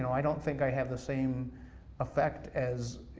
i don't think i have the same effect as